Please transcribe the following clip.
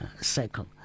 cycle